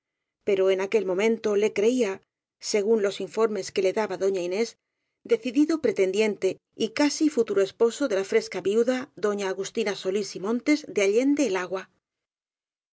pero en aquel momento le creía se gún los informes que le daba doña inés decidido pretendiente y casi futuro esposo de la fresca viu da doña agustina solís y montes de allende el agua